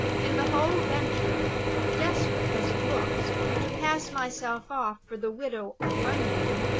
in the whole venture desperate as it looks to pass myself off for the widow of one man,